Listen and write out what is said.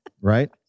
right